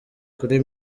kuri